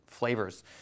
flavors